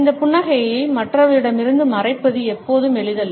இந்த புன்னகையை மற்றவர்களிடமிருந்து மறைப்பது எப்போதும் எளிதல்ல